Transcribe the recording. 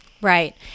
Right